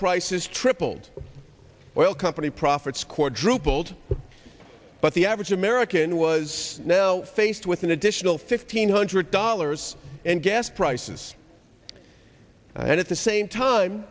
prices tripled oil company profits quadrupled but the average american was now faced with an additional fifteen hundred dollars and gas prices and at the same time